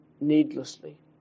needlessly